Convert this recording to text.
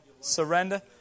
Surrender